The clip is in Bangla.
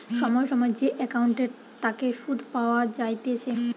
সময় সময় যে একাউন্টের তাকে সুধ পাওয়া যাইতেছে